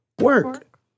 work